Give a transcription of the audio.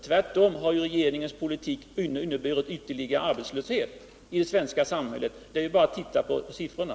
Tvärtom har regeringens politik inneburit ytterligare arbetslöshet i det svenska samhället. Vi behöver bara se på siffrorna!